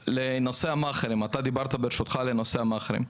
דיברת על נושא המעכרים,